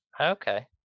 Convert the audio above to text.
Okay